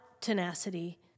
tenacity